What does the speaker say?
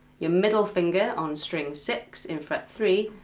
your middle finger on string six in fret three,